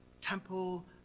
temple